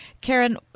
Karen